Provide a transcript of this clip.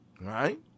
right